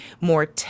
more